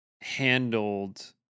handled